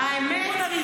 בואו נריב.